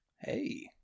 Hey